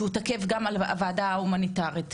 שהוא תקף גם על הוועדה ההומניטארית.